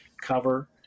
cover